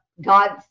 God